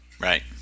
right